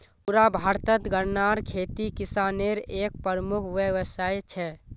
पुरा भारतत गन्नार खेती किसानेर एक प्रमुख व्यवसाय छे